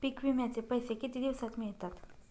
पीक विम्याचे पैसे किती दिवसात मिळतात?